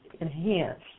enhance